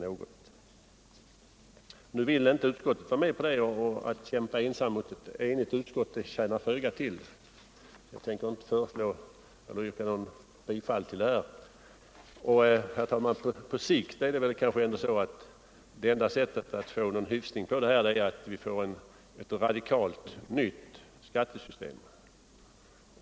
Men utskottet vill alltså inte vara med om detta, och att kämpa ensam mot ett enigt utskott tjänar föga till. Jag tänker därför inte yrka bifall till min motion. På sikt är det kanske också så att enda sättet att få någon hyfsning på detta är att införa ett radikalt nytt skattesystem.